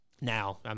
now